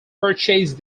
purchased